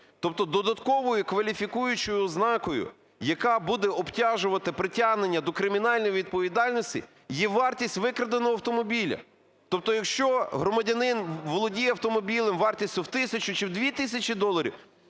Тобто додатковою кваліфікуючою ознакою, яка буде обтяжувати притягнення до кримінальної відповідальності, є вартість викраденого автомобіля. Тобто, якщо громадянин володіє автомобілем вартістю в тисячу чи в 2 тисячі доларів,